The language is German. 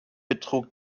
betrug